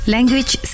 Language